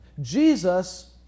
Jesus